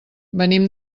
venim